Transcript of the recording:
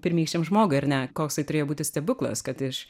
pirmykščiam žmogui ar ne koks tai turėjo būti stebuklas kad iš